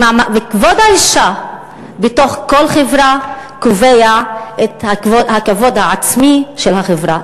וכבוד האישה בתוך כל חברה קובע את הכבוד העצמי של החברה,